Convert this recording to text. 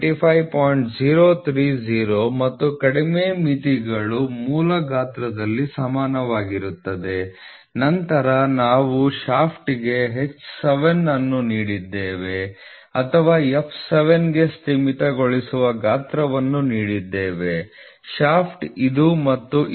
030 ಮತ್ತು ಕಡಿಮೆ ಮಿತಿಗಳು ಮೂಲ ಗಾತ್ರದಲ್ಲಿ ಸಮಾನವಾಗಿರುತ್ತದೆ ನಂತರ ನಾವು ಶಾಫ್ಟ್ಗೆ H 7 ಅನ್ನು ನೀಡಿದ್ದೇವೆ ಅಥವಾ f 7 ಗೆ ಸೀಮಿತಗೊಳಿಸುವ ಗಾತ್ರವನ್ನು ನೀಡಿದ್ದೇವೆ ಶಾಫ್ಟ್ ಇದು ಮತ್ತು ಇದು